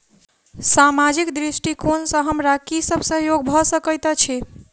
सामाजिक दृष्टिकोण सँ हमरा की सब सहयोग भऽ सकैत अछि?